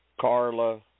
Carla